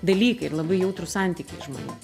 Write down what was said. dalykai ir labai jautrūs santykiai žmonių